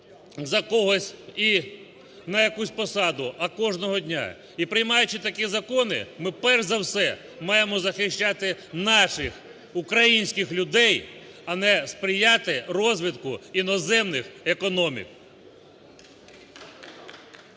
за когось і на якусь посаду, а кожного дня. І приймаючи такі закони, ми перш за все маємо захищати наших українських людей, а не сприяти розвитку іноземних економік.